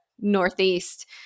Northeast